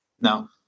Now